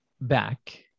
back